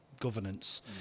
governance